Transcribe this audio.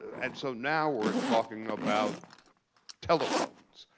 and so now, we're talking about telephones.